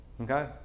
Okay